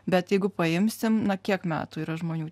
bet jeigu paimsim na kiek metų yra žmonių